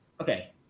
okay